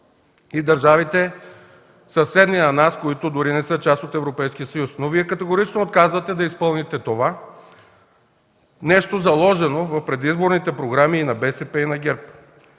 и държавите, съседни на нас, които дори не са част от Европейския съюз. Но Вие категорично отказвате да изпълните това нещо, заложено в предизборните програми и на БСП, и на ГЕРБ.